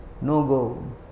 no-go